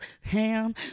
ham